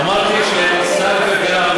השתכנעתי שאני צודק.